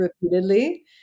repeatedly